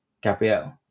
Gabriel